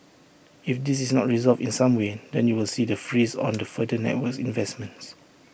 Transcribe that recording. if this is not resolved in some way then you will see the freeze on the further network investments